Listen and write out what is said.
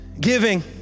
Giving